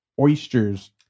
oysters